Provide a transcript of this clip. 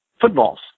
footballs